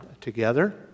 together